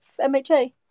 MHA